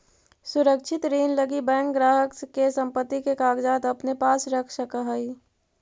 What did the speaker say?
सुरक्षित ऋण लगी बैंक ग्राहक के संपत्ति के कागजात अपने पास रख सकऽ हइ